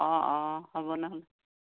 অঁ অঁ হ'ব নহ'লে